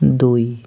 দুই